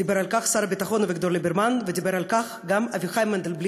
דיבר על כך שר הביטחון אביגדור ליברמן ודיבר על כך גם אביחי מנדלבליט,